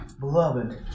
Beloved